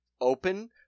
open